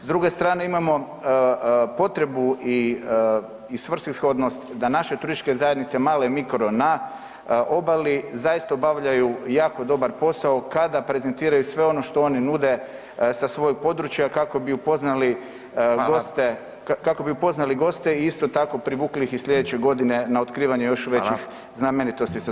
S druge strane imamo potrebu i svrsishodnost da naše turističke zajednice male i mikro na obali zaista obavljaju jako dobar posao kada prezentiraju sve ono što oni nude sa svojih područja kako bi upoznali [[Upadica: Fala]] kako bi upoznali gosti i isto tako privukli ih i slijedeće godine [[Upadica: Fala]] na otkrivanje još većih znamenitosti sa svojeg kraja.